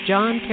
John